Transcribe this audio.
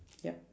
ya